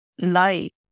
Light